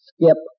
Skip